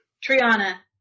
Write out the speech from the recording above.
Triana